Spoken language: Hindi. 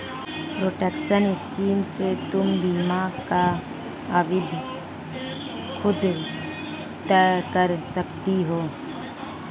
प्रोटेक्शन स्कीम से तुम बीमा की अवधि खुद तय कर सकती हो